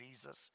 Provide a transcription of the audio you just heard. Jesus